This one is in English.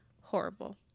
horrible